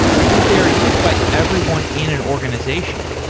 because they are used by everyone in an organization.